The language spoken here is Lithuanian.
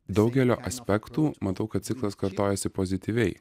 daugeliu aspektų matau kad ciklas kartojasi pozityviai